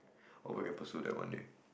hopefully I can pursue that one day